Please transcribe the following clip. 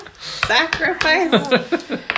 Sacrifice